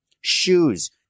shoes